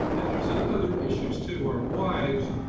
and there's ah other issues too. our wives